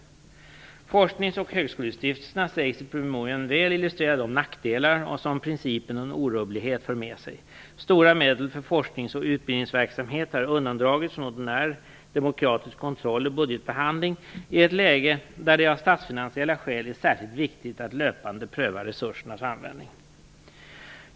Forsknings och högskolestiftelserna sägs i promemorian väl illustrera de nackdelar som principen om orubblighet för med sig. Stora medel för forsknings och utbildningsverksamhet har undandragits från ordinär demokratisk kontroll och budgetbehandling i ett läge där det av statsfinansiella skäl är särskilt viktigt att löpande pröva resursernas användning.